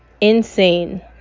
insane